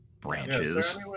branches